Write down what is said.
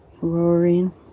roaring